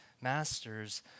masters